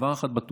דבר אחד בטוח,